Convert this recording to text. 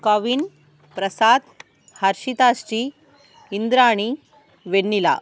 Kavin Prasad Harshitha Sri Indrani Vennila